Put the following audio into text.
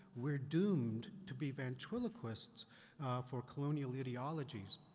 we're doomed to be ventriloquists for colonial ideologies.